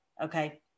okay